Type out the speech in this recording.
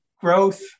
growth